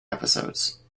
episodes